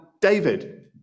David